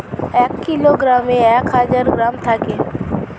এক কিলোগ্রামে এক হাজার গ্রাম থাকে